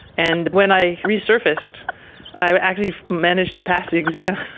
and when i resurfaced i actually managed to pass the exam,